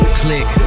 click